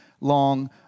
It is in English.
long